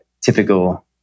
typical